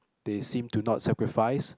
they seem to not sacrifice